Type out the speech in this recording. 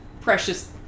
precious